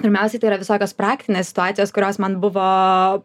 pirmiausiai tai yra visokios praktinės situacijos kurios man buvo